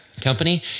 company